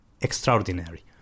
extraordinary